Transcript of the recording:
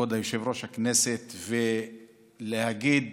כבוד יושב-ראש הכנסת, ולהגיד